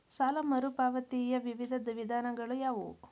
ಸಾಲ ಮರುಪಾವತಿಯ ವಿವಿಧ ವಿಧಾನಗಳು ಯಾವುವು?